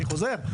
אני חוזר,